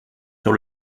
sur